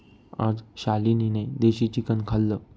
आज शालिनीने देशी चिकन खाल्लं